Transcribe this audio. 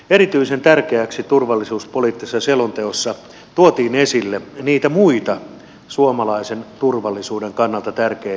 erityisen tärkeäksi turvallisuuspoliittisessa selonteossa tuotiin esille niitä muita suomalaisen turvallisuuden kannalta tärkeitä asioita